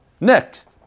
Next